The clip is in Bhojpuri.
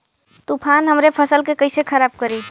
तूफान हमरे फसल के कइसे खराब करी?